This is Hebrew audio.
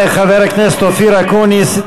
תודה לחבר הכנסת אופיר אקוניס.